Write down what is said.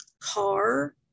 car